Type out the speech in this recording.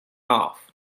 off